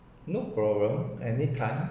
no problem anytime